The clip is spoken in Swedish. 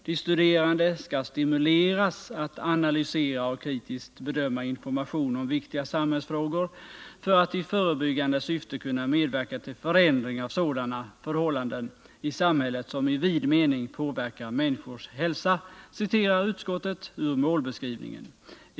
De studerande skall ”stimuleras att analysera och kritiskt bedöma information om viktiga samhällsfrågor för att i förebyggande syfte kunna medverka till förändring av sådana förhållanden i samhället som i vid mening påverkar människors hälsa”, citerar utskottet ur målbeskrivningen.